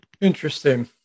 Interesting